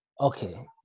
Okay